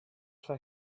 sua